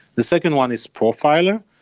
the second one is profiler,